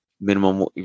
minimum